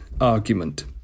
argument